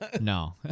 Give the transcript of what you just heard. No